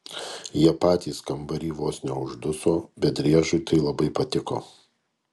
jie patys kambary vos neužduso bet driežui tai labai patiko